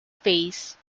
phase